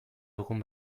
dugun